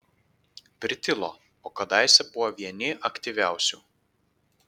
pritilo o kadaise buvo vieni aktyviausių